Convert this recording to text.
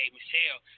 Michelle